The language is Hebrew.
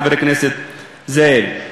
חבר הכנסת זאב.